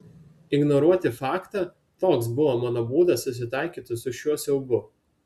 ignoruoti faktą toks buvo mano būdas susitaikyti su šiuo siaubu